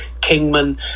Kingman